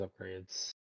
upgrades